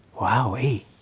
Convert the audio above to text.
wowie!